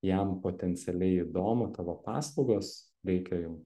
jam potencialiai įdomu tavo paslaugos reikia jum